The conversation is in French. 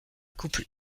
couple